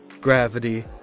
Gravity